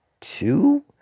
two